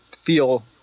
feel